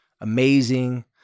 amazing